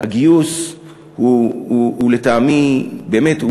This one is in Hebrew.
הגיוס הוא לטעמי באמת,